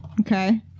Okay